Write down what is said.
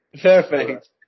Perfect